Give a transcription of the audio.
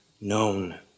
known